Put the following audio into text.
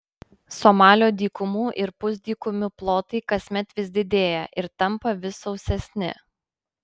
somalio dykumų ir pusdykumių plotai kasmet vis didėja ir tampa vis sausesni